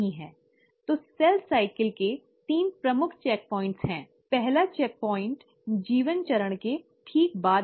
तो cell cycle में तीन प्रमुख चेकपॉइन्ट् हैं पहला चेक प्वाइंट G1 चरण के ठीक बाद है